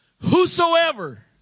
Whosoever